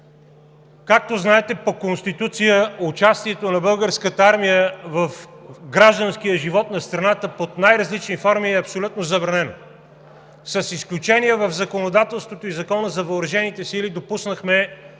Както знаете, по Конституция участието на Българската армия в гражданския живот на страната под най-различни форми е абсолютно забранено. С изключение в законодателството и Закона за въоръжените сили допуснахме